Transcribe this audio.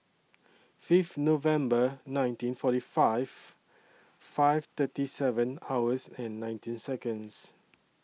Fifth November nineteen forty five five thirty seven hours and nineteen Seconds